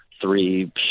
three